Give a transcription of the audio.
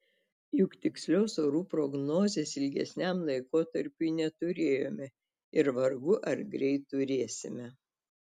juk tikslios orų prognozės ilgesniam laikotarpiui neturėjome ir vargu ar greit turėsime